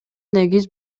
негиз